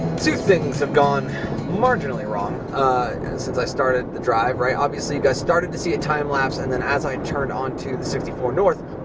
two things have gone marginally wrong since i started the drive, right? obviously you guys started to see a time lapse and then as i turned on to the sixty four north,